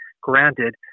granted